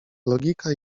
logika